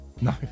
No